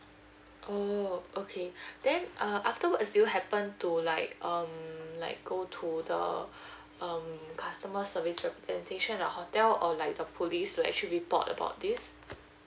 oo okay then uh afterwards you happen to like um like go to the um customer service representation at the hotel or like the police you actually report about this